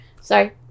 Sorry